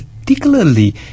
particularly